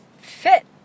fit